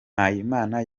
mpayimana